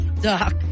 Doc